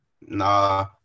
Nah